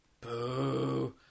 Boo